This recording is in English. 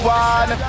one